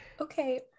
okay